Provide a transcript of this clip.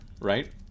right